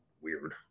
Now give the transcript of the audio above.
weird